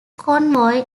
convoy